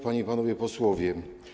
Panie i Panowie Posłowie!